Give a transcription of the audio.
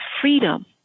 freedom